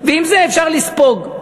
ואת זה אפשר לספוג.